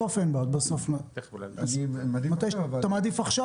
אתה מעדיף עכשיו?